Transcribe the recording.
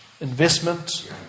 investment